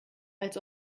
als